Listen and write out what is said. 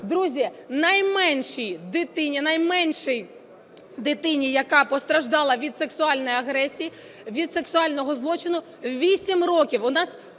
Друзі, найменшій дитині, яка постраждала від сексуальної агресії, від сексуального злочину, 8 років. У нас